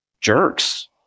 jerks